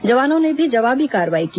जवानों ने भी जवाबी कार्रवाई की